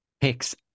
picks